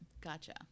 Gotcha